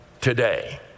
today